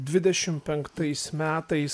dvidešim penktais metais